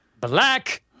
Black